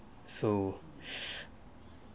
so